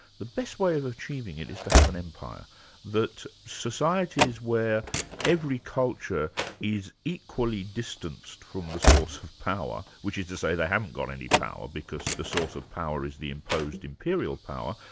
the best way of achieving it is to have an empire that societies where every culture is equally distanced from the source of power, which is to say they haven't got any power, because the source of power is the imposed imperial power,